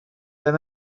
beth